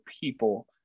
people